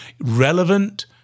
relevant